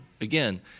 again